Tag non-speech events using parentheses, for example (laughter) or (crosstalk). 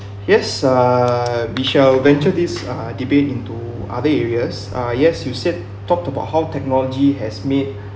(breath) yes uh michelle venture this uh debate into other areas uh yes you said talked about how technology has made (breath)